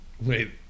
Wait